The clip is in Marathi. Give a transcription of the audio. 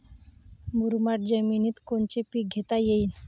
मुरमाड जमिनीत कोनचे पीकं घेता येईन?